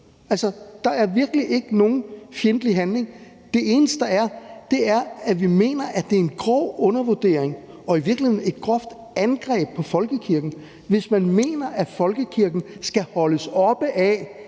der er virkelig ikke nogen fjendtlig handling. Det eneste, der er, er, at vi mener, at det er en grov undervurdering og i virkeligheden et groft angreb på folkekirken, hvis man mener, at folkekirken skal holdes oppe af